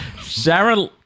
Sarah